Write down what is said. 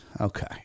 Okay